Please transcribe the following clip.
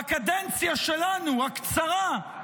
בקדנציה שלנו, הקצרה,